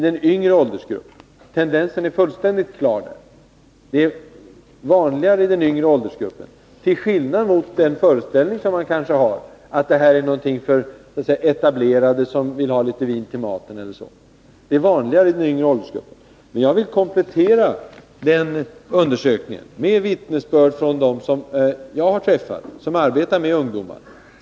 Den visar att snabbvin är vanligast i den yngre åldersgruppen -— till skillnad från den föreställningen många har, nämligen att snabbvin är någonting för de etablerade, som vill ha litet vin till maten. Jag vill komplettera undersökningen med vittnesbörd från folk som arbetar med ungdomar.